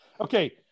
Okay